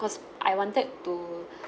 cause I wanted to